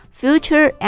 future